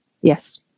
yes